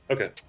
Okay